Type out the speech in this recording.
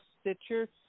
Stitcher